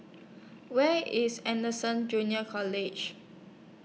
Where IS Anderson Junior College